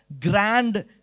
grand